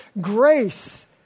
grace